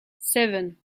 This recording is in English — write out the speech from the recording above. seven